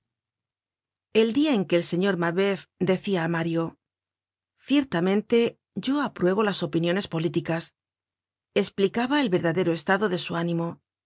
el dia en que el señor mabeuf decia á mario ciertamente yo aprue bo las opiniones políticas csplicaba el verdadero estado de su ánimo